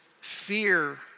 fear